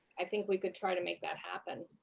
i think we could try to make that happen.